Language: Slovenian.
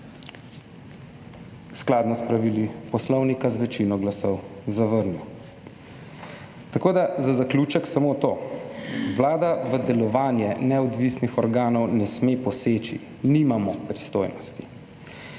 skladno s pravili Poslovnika z večino glasov zavrnil. Tako da, za zaključek samo to. Vlada v delovanje neodvisnih organov ne sme poseči. Nimamo pristojnosti.